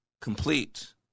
complete